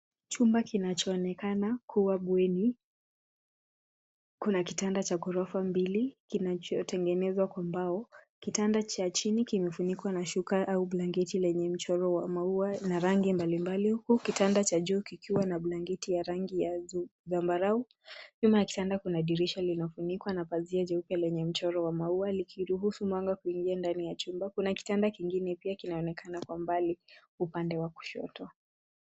Chumba kinachoonekana kuwa bweni, kuna kitanda cha ghorofa mbili kinachotengenezwa kwa mbao. Kitanda cha chini kimefunikwa na shuka au blanketi lenye mchoro wa maua na rangi mbalimbali huku kitanda cha juu kikiwa na blanketi ya rangi ya zambarau. Nyuma ya kitanda kuna dirisha linafukiwa na pazia jeupe lenye mchoro wa maua likiruhusu mwanga kuingia ndani ya chumba. Kuna kitanda kingine pia kinaonekana kwa mbali upande wa kushoto.